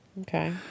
Okay